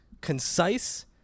concise